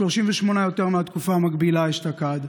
38 יותר מהתקופה המקבילה אשתקד.